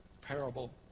parable